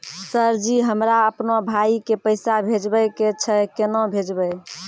Sir ji हमरा अपनो भाई के पैसा भेजबे के छै, केना भेजबे?